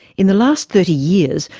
in the last thirty years,